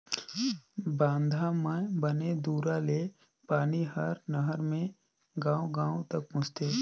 बांधा म बने दूरा ले पानी हर नहर मे गांव गांव तक पहुंचथे